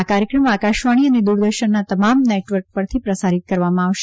આ કાર્યક્રમ આકાશવાણી અને દુરદર્શનના તમામ નેટવર્ક પર પ્રસારિત કરવામાં આવશે